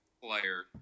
player